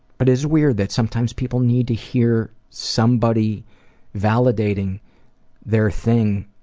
but it's weird that sometimes people need to hear somebody validating their thing